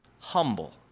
humble